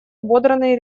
ободранный